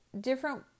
different